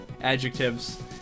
adjectives